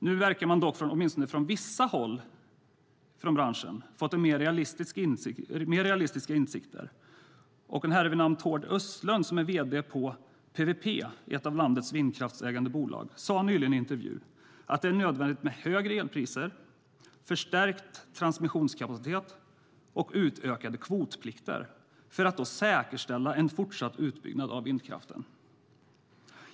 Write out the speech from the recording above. Nu verkar man dock, åtminstone från vissa håll inom branschen, ha fått mer realistiska insikter. En herre vid namn Tord Östlund, som är vd på PWP, ett av landets vindkraftsägande bolag, sade nyligen i en intervju att det är nödvändigt med högre elpris, förstärkt transmissionskapacitet och utökad kvotplikt för att "säkerställa" en fortsatt utbyggnad av vindkraften.